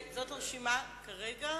זאת הרשימה כרגע,